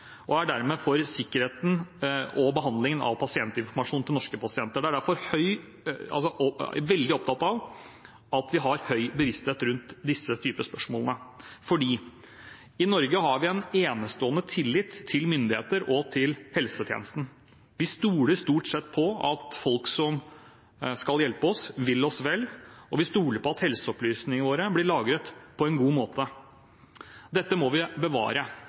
og dermed for sikkerheten til og behandlingen av personinformasjonen til norske pasienter. Jeg er veldig opptatt av at vi har høy bevissthet rundt disse spørsmålene. I Norge har vi en enestående tillit til myndighetene og helsevesenet. Vi stoler stort sett på at folk som skal hjelpe oss, vil oss vel, og vi stoler på at helseopplysningene våre blir lagret på en god måte. Dette må vi bevare,